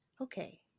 Okay